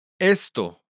Esto